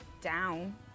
down